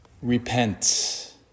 Repent